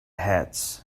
heads